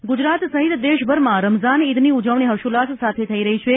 ઈદ ગુજરાત સહિત દેશભરમાં રમઝાન ઇદની ઉજવણી હર્ષોલ્લાસ સાથે થઇ રહી છે